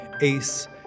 Ace